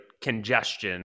congestion